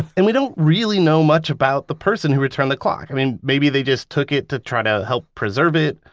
and we don't really know much about the person who returned the clock. i mean maybe they just took it to try to help preserve it.